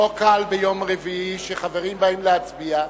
לא קל ביום רביעי, שחברים באים להצביע,